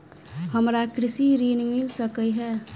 हमरा कृषि ऋण मिल सकै है?